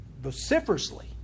vociferously